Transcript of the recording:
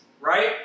right